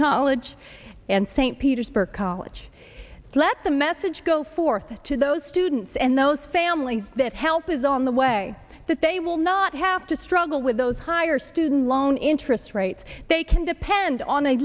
college and st petersburg college let the message go forth to those students and those families that help is on the way that they will not have to struggle with those higher student loan interest rates they can depend on a